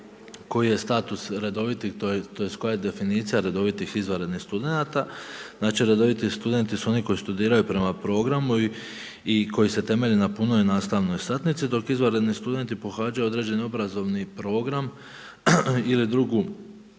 koji je status redoviti, tj. koja je definicija redovitih i izvanrednih studenata. Znači redoviti studenti su oni koji studiraju prema programu i koji se temelje na punoj nastavnoj satnici dok izvanredni studenti pohađaju određeni obrazovni program ili drugu,